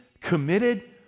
committed